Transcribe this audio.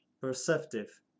perceptive